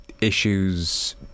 issues